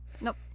Nope